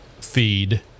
feed